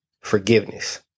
forgiveness